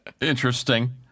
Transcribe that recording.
Interesting